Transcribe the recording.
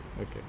Okay